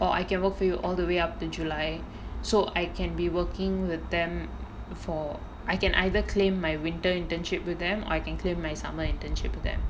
or I can work for you all the way up to july so I can be working with them for I can either claim my winter internship with them or I can claim my summer internship with them